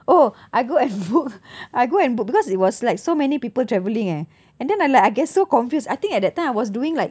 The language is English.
oh I go and book I go and book because it was like so many people travelling eh and then I like I get so confused I think at that time I was doing like